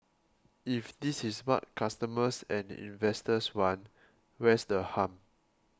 if this is what customers and investors want where's the harm